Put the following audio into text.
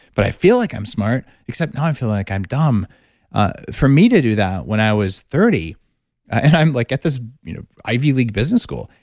but i feel like i'm smart except now i feel like i'm dumb for me to do that when i was thirty and i'm like at this you know ivy league business school,